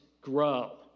grow